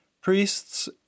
priests